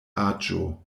aĝo